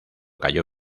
cayó